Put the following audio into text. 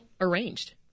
arranged